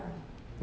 ah